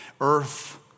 earth